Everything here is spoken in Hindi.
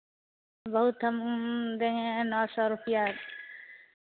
बहुत हम देंगे नौ सौ रुपये